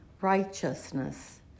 righteousness